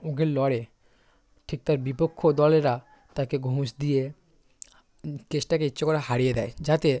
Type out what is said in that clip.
উকিল লড়ে ঠিক তার বিপক্ষ দলেরা তাকে ঘুষ দিয়ে কেসটাকে ইচ্ছে করে হারিয়ে দেয় যাতে